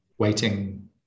waiting